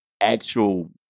actual